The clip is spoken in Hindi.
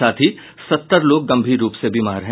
साथ ही सत्तर लोग गंभीर रूप से बीमार हैं